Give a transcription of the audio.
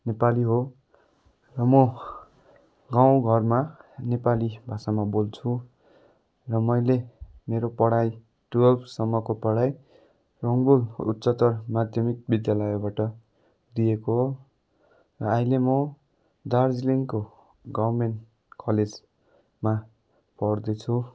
नेपाली हो र म गाउँघरमा नेपाली भाषामा बोल्छु र मैले मेरो पढाइ ट्वेल्भसम्मको पढाइ रङ्गबुल उच्चतर माध्यमिक विद्यालयबाट दिएको हो र अहिले म दार्जिलिङको गभर्मेन्ट कलेजमा पढ्दैछु